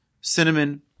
cinnamon